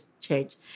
change